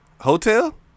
Hotel